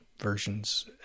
versions